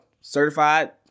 certified